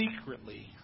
secretly